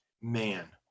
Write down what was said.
man